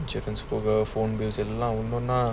phone bills எல்லாம்ஒன்னொன்னா:ellam onnonna